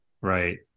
right